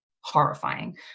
horrifying